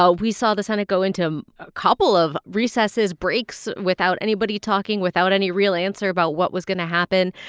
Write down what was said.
ah we saw the senate go into a couple of recesses, breaks without anybody talking, without any real answer about what was going to happen.